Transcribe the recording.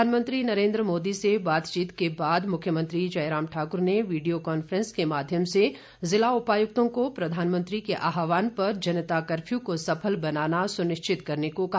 प्रधानमंत्री नरेन्द्र मोदी से बातचीत के बाद मुख्यमंत्री जयराम ठाक्र ने वीडियो कॉन्फ्रेंस के माध्यम से जिला उपायुक्तों को प्रधानमन्त्री के आहवान पर जनता कर्फ्यू को सफल बनाना सुनिश्चित करने को कहा